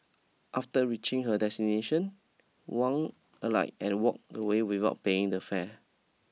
after reaching her destination Huang alight and walk away without paying the fare